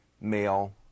male